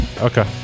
Okay